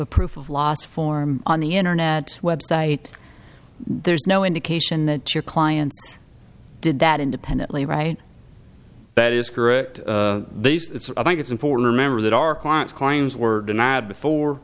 a proof of loss form on the internet website there's no indication that your client did that independently right that is correct i think it's important remember that our clients claims were denied before